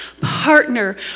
partner